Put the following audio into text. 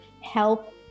help